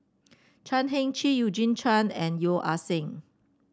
Chan Heng Chee Eugene Chen and Yeo Ah Seng